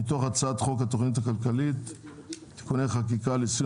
מתוך הצעת חוק התכנית הכלכלית (תיקוני חקיקה ליישום